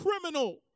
criminal